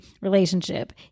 relationship